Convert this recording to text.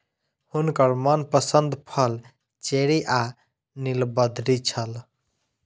हुनकर मनपसंद फल चेरी आ नीलबदरी छल